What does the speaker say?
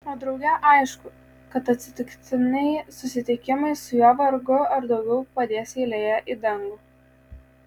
o drauge aišku kad atsitiktiniai susitikimai su juo vargu ar daug padės eilėje į dangų